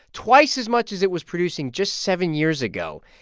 twice as much as it was producing just seven years ago.